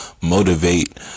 motivate